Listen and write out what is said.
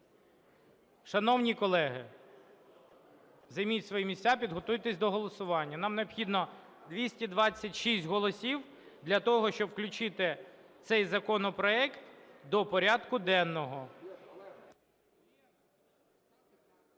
Шановні колеги, займіть свої місця і підготуйтесь до голосування, нам необхідно 226 голосів для того, щоб включити цей законопроект до порядку денного.